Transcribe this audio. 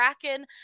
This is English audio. Kraken